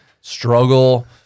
struggle